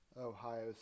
Ohio